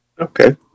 Okay